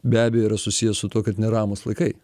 be abejo yra susijęs su tuo kad neramūs laikai